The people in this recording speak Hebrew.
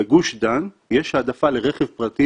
בגוש דן יש העדפה ברורה לרכב פרטי,